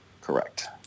Correct